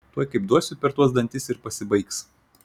tuoj kaip duosiu per tuos dantis ir pasibaigs